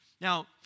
Now